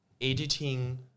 editing